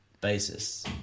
basis